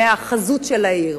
בחזות של העיר,